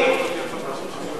אין חוקיות.